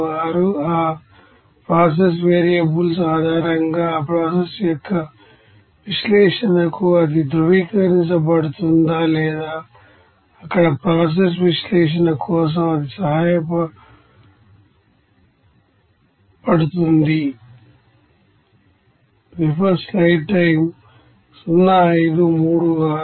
ఆ process variables ఆధారంగా ఆ ప్రాసెస్ యొక్క విశ్లేషణకు అది ధృవీకరించబడుతుందా లేదా అక్కడ ప్రాసెస్ విశ్లేషణ కోసం ఇది సహాయపడుతుంది